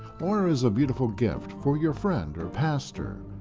or as a beautiful gift for your friend or pastor.